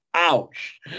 Ouch